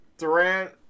Durant